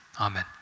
Amen